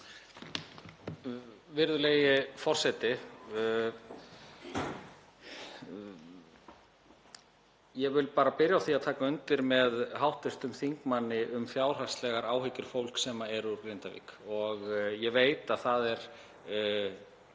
Virðulegi forseti. Ég vil bara byrja á því að taka undir með hv. þingmanni um fjárhagslegar áhyggjur fólks sem er úr Grindavík. Ég veit að það er